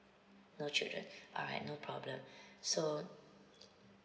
no children alright no problem so